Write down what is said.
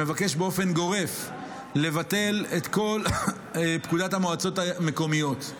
שמבקש באופן גורף לבטל את כל פקודת המועצות המקומיות.